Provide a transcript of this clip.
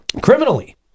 criminally